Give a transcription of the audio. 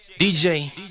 DJ